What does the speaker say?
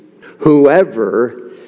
whoever